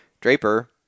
Draper